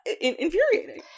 infuriating